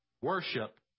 worship